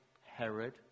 Herod